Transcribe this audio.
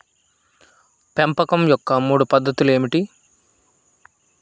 పెంపకం యొక్క మూడు పద్ధతులు ఏమిటీ?